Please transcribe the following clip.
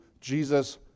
Jesus